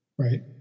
Right